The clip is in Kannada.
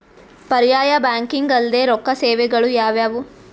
ಪರ್ಯಾಯ ಬ್ಯಾಂಕಿಂಗ್ ಅಲ್ದೇ ರೊಕ್ಕ ಸೇವೆಗಳು ಯಾವ್ಯಾವು?